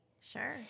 Sure